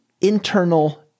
internal